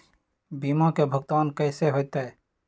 बीमा के भुगतान कैसे होतइ?